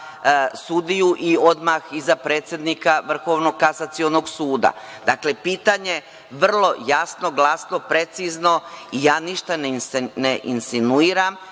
sudiju i odmah i za predsednika Vrhovnog kasacionog suda. Dakle, pitanje je vrlo jasno, glasno, precizno i ja ništa ne insinuiram,